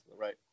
Right